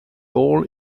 ball